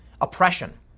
oppression